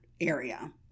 area